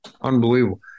Unbelievable